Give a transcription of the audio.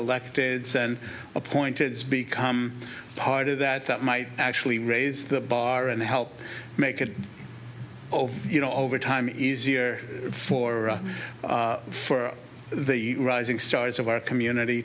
elected appointed become part of that that might actually raise the bar and help make it of you know over time easier for for the rising stars of our community